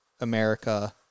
America